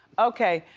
okay,